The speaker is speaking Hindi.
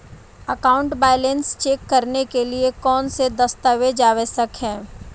अकाउंट बैलेंस चेक करने के लिए कौनसे दस्तावेज़ आवश्यक हैं?